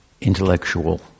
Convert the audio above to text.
intellectual